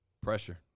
Pressure